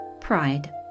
Pride